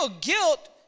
guilt